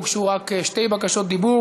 הוגשו רק שתי בקשות דיבור.